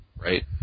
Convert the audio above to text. right